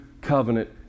covenant